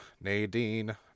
Nadine